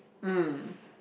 mm